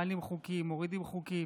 מעלים חוקים, מורידים חוקים.